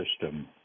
system